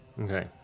Okay